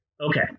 Okay